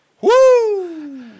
Woo